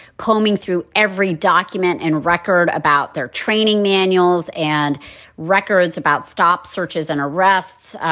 combing through every document and record about their training manuals and records, about stops, searches and arrests.